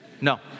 No